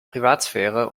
privatsphäre